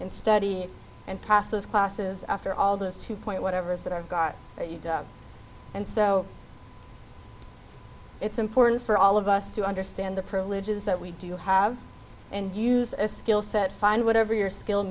and study and pass those classes after all this two point whatever it is that i've got you and so it's important for all of us to understand the privileges that we do have and use a skill set find whatever your skill